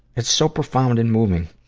it's so profound and moving.